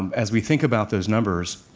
as we think about those numbers,